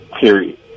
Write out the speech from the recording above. Period